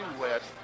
West